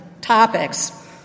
topics